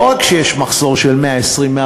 לא רק שיש מחסור של 120,000,